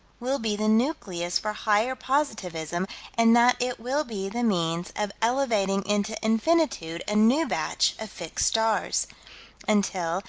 will be the nucleus for higher positivism and that it will be the means of elevating into infinitude a new batch of fixed stars until,